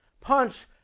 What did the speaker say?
Punch